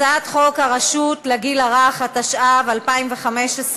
הצעת חוק הרשות לגיל הרך, התשע"ו 2015,